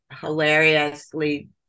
hilariously